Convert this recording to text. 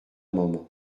moment